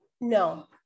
No